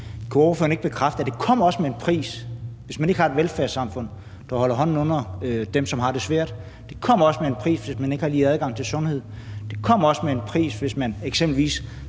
Kunne ordføreren ikke bekræfte, at det også kommer med en pris, hvis man ikke har et velfærdssamfund, der holder hånden under dem, som har det svært; det kommer også med en pris, hvis man ikke har lige adgang til sundhed; det kommer også med en pris, hvis man eksempelvis